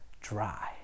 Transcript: dry